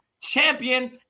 champion